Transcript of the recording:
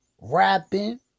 rapping